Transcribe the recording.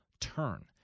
turn